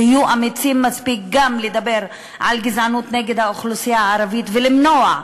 שיהיו אמיצים מספיק גם לדבר על גזענות נגד האוכלוסייה הערבית ולמנוע,